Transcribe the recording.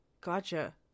Gotcha